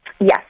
yes